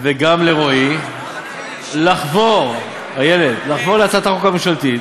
וגם לרועי, לחבור להצעת החוק הממשלתית,